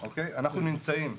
אנחנו נמצאים,